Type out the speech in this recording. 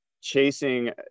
chasing